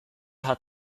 hat